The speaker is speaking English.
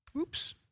Oops